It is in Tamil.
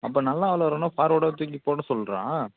அப்போ நல்லா விளாடுறவனா ஃபார்வர்டாக தூக்கி போட சொல்டா